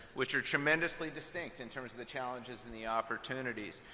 which are tremendously distinct in terms of the challenges and the opportunities.